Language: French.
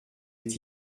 est